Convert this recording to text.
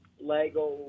Lego